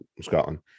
Scotland